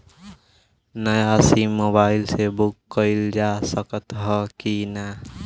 नया SIM mobile से book कइलजा सकत ह कि ना?